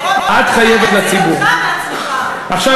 אירופה צריכה להציל אותך מעצמך.